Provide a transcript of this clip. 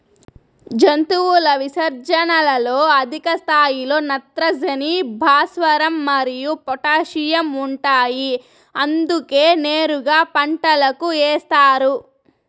జంతువుల విసర్జనలలో అధిక స్థాయిలో నత్రజని, భాస్వరం మరియు పొటాషియం ఉంటాయి అందుకే నేరుగా పంటలకు ఏస్తారు